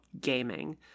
gaming